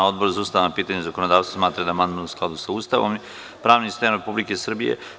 Odbor za ustavna pitanja i zakonodavstvo smatra da je amandman u skladu sa Ustavom i pravnim sistemom Republike Srbije.